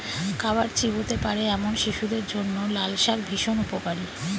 খাবার চিবোতে পারে এমন শিশুদের জন্য লালশাক ভীষণ উপকারী